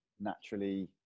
naturally